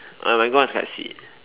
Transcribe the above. uh mango one is quite sweet